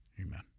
Amen